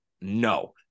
No